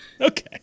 Okay